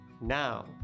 Now